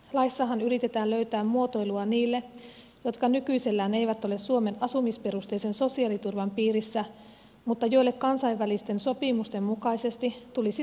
laissahan yritetään löytää muotoilua niille jotka nykyisellään eivät ole suomen asumisperusteisen sosiaaliturvan piirissä mutta joille kansainvälisten sopimusten mukaisesti tulisi taata palvelut